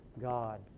God